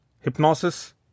hypnosis